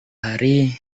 hari